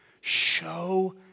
Show